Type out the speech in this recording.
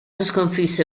sconfisse